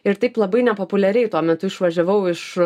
ir taip labai nepopuliariai tuo metu išvažiavau iš